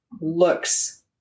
looks